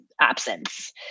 absence